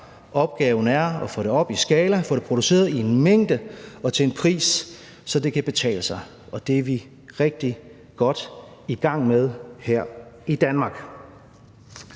Opgaven er at få det op i skala og få det produceret i en mængde og til en pris, så det kan betale sig, og det er vi rigtig godt i gang med her i Danmark.